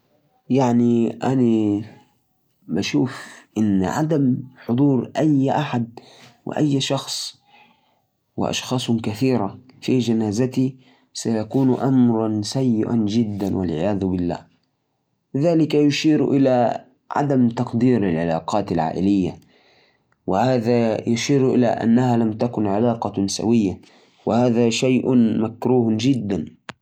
هذا سؤال صعب بس إذا اخترت عدم حضور أحد جنازتي ممكن يكون شعور أسوأ لأن الجنازة تمثل نهاية حياة وعدم حضور الناس يعني فقدان الدعم والتعاطف في لحظة حساسة بينما حفل الزفاف يعتبرمناسبة سعيدة وفي مجال التعويض لاحقاً كل موقف له تأثيره لكن الجنازة تحمل طابعاً أكثر عمقاً من حيث المشاعر والفقدان